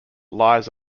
lies